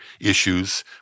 issues